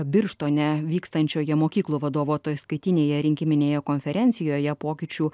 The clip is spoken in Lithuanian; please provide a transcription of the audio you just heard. birštone vykstančioje mokyklų vadovų ataskaitinėje rinkiminėje konferencijoje pokyčių